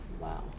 Wow